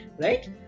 Right